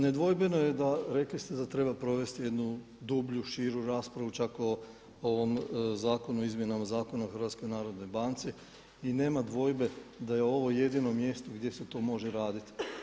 Nedvojbeno je da, rekli ste da treba provesti jednu dublju, širu raspravu čak o ovom zakonu, Izmjenama zakona o HNB-u i nema dvojbe da je ovo jedino mjesto gdje se to može raditi.